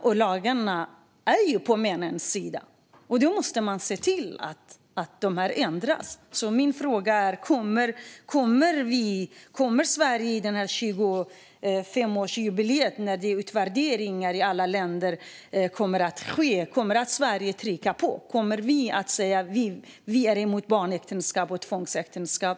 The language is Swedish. Och lagarna är ju på männens sida. Man måste se till att det här ändras, så min fråga är: Kommer Sverige att trycka på vid 25-årsjubileet, då det kommer att ske en utvärdering i alla länder? Kommer vi att säga att vi är emot barnäktenskap och tvångsäktenskap?